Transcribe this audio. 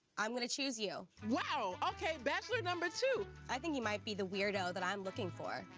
i'm gonna choose you. wow! okay, bachelor number two. i think he might be the weirdo that i'm looking for.